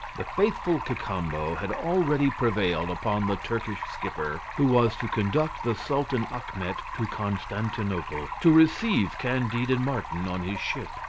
the faithful cacambo had already prevailed upon the turkish skipper, who was to conduct the sultan achmet to constantinople, to receive candide and martin on his ship.